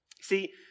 See